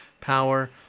power